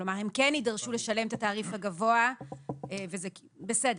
כלומר הם כן יידרשו לשלם את התעריף הגבוה וזה בסדר.